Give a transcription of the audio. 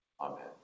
amen